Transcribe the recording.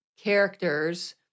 characters